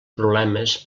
problemes